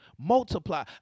Multiply